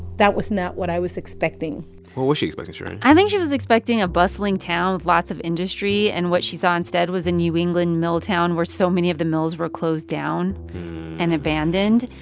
that was not what i was expecting what was she expecting, shereen? i think she was expecting a bustling town with lots of industry. and what she saw instead was a new england mill town where so many of the mills were closed down and abandoned.